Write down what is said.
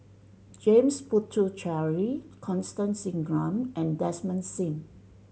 James Puthucheary Constance Singam and Desmond Sim